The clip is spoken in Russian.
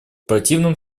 противном